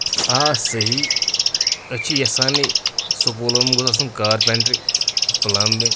آ صحیح أسۍ چھِ یژھٲنے سکوٗلَن منٛز گوٚژھ آسُن کارپیٚنٹری پٕلَمبِنگ